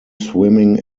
swimming